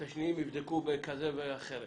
את השניים יבדקו בכזה ואחר.